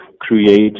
create